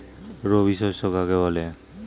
রবি শস্য কাকে বলে?